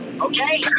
Okay